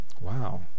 Wow